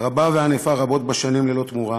רבה וענפה רבות בשנים ללא תמורה,